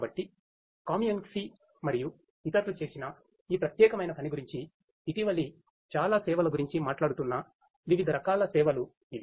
కాబట్టి కామియెన్స్కి మరియు ఇతరులు చేసిన ఈ ప్రత్యేకమైన పని గురించి ఇటీవలి చాలా సేవల గురించి మాట్లాడుతున్న వివిధ రకాల సేవలు ఇవి